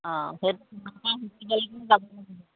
অ'